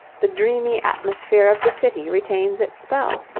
the dreamy atmosphere of the city retains its spell.